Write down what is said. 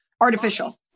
artificial